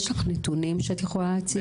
יש לך נתונים שאת יכולה להציג?